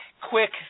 quick